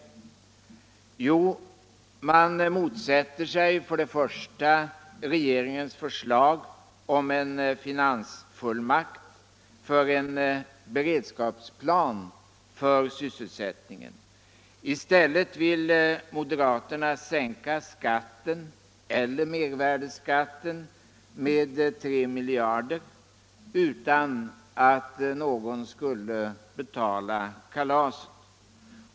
Jo, man motsätter sig regeringens förslag om en finansfullmakt för en beredskapsplan för sysselsättningen. I stället vill moderaterna sänka den direkta skatten eller mervärdeskatten med 3 miljarder utan att någon skall betala kalaset.